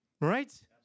Right